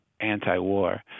anti-war